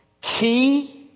key